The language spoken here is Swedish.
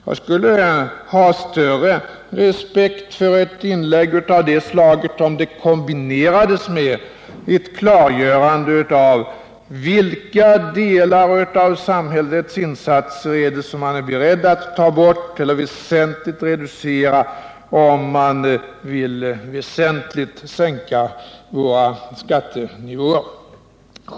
Jag skulle ha större respekt för ett inlägg av det slaget, om det kombinerades med ett klargörande av vilka delar av samhällets insatser som man är beredd att ta bort eller avsevärt reducera, om man vill väsentligt sänka våra skattenivåer.